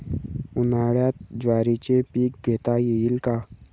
उन्हाळ्यात ज्वारीचे पीक घेता येईल का?